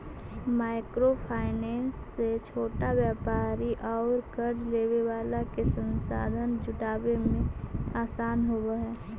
micro finance से छोटा व्यापारि औउर कर्ज लेवे वाला के संसाधन जुटावे में आसान होवऽ हई